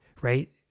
right